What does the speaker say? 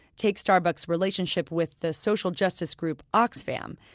take starbucks' relationship with the social justice group oxfam.